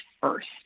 first